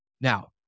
now